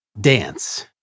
Dance